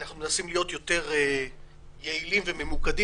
אנחנו מנסים להיות יותר יעילים וממוקדים